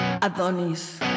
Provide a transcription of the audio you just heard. adonis